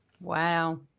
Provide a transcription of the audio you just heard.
Wow